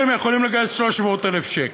או שהם יכולים לגייס 300,000 שקל.